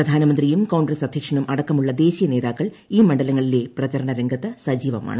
പ്രധാനമന്ത്രിയും കോൺഗ്രസ് അധ്യക്ഷനും അടക്കമുള്ള ദേശീയ നേതാക്കൾ ഈ മണ്ഡലങ്ങളിലെ പ്രചരണ രംഗത്ത് സജീവമാണ്